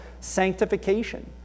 sanctification